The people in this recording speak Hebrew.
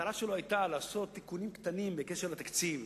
המטרה שלו היתה לעשות תיקונים קטנים בקשר לתקציב,